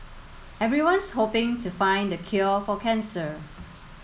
everyone's hoping to find the cure for cancer